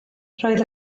roedd